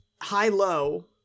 high-low